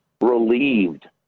relieved